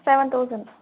seven thousand